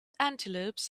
antelopes